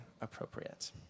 appropriate